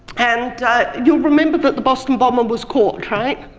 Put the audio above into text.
and you'll remember that the boston bomber was caught, right?